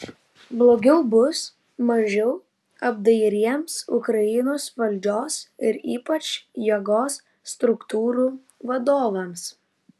blogiau bus mažiau apdairiems ukrainos valdžios ir ypač jėgos struktūrų vadovams